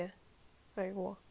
she fucking liar